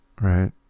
right